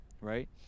right